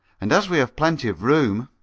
and as we have plenty of room